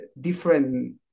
different